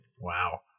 Wow